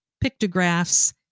pictographs